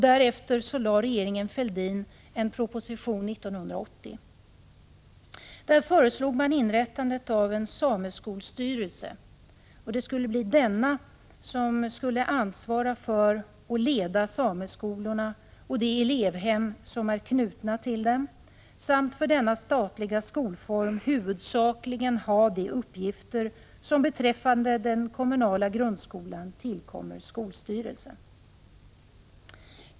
Därefter lade regeringen Fälldin år 1980 fram en proposition. Där föreslog man inrättandet av en sameskolstyrelse. Denna skulle ”ansvara för och leda sameskolorna och de elevhem som är knutna till dem samt för denna statliga skolform huvudsakligen ha de uppgifter som beträffande den kommunala grundskolan tillkommer skolstyrelse”.